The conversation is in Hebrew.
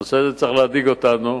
הנושא הזה צריך להדאיג אותנו,